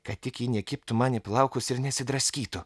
kad tik ji nekibtų man į plaukus ir nesidraskytų